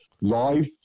live